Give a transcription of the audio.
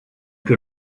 que